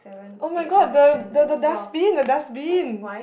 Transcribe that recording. [oh]-my-god the the the dustbin the dustbin